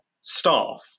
staff